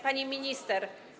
Pani Minister!